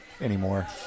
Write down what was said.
anymore